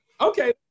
okay